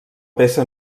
peça